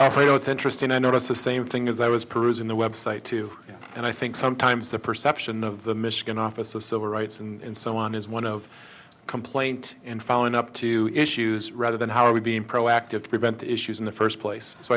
know it's interesting i noticed the same thing as i was perusing the website too and i think sometimes the perception of the michigan office of civil rights and so on is one of complaint in following up to issues rather than how are we being proactive to prevent issues in the first place so